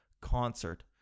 concert